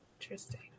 Interesting